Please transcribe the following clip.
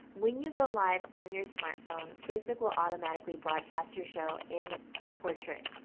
when you go live on your smartphone, facebook will automatically broadcast your show in portrait.